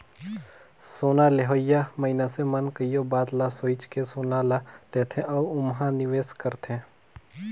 सोना लेहोइया मइनसे मन कइयो बात ल सोंएच के सोना ल लेथे अउ ओम्हां निवेस करथे